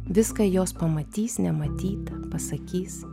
viską jos pamatys nematytą pasakys